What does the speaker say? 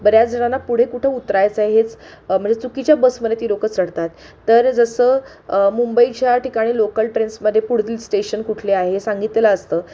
बऱ्याच जणांना पुढे कुठं उतरायचं हेच म्हणजे चुकीच्या बसमध्ये ती लोकं चढतात तर जसं मुंबईच्या ठिकाणी लोकल ट्रेन्समध्ये पुढील स्टेशन कुठले आहे सांगितलं असतं